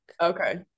Okay